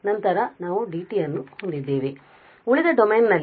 ಆದ್ದರಿಂದ ಉಳಿದ ಡೊಮೇನ್ ನಲ್ಲಿ ಈ a 0 ಆಗಿದೆ